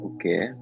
Okay